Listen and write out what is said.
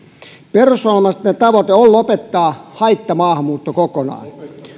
perussuomalaisten tavoite on lopettaa haittamaahanmuutto kokonaan